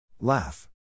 Laugh